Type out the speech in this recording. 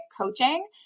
coaching